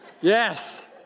Yes